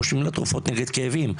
רושמים לה תרופות נגד כאבים,